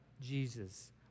Jesus